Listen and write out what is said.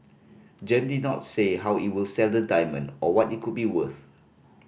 Gem did not say how it will sell the diamond or what it could be worth